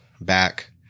back